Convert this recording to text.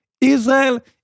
Israel